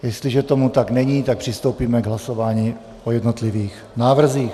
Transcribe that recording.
Jestliže tomu tak není, tak přistoupíme k hlasování o jednotlivých návrzích.